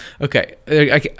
Okay